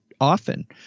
often